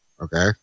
Okay